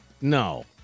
No